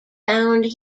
found